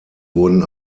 wurden